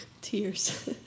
tears